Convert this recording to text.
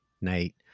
night